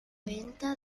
venta